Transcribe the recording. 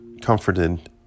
comforted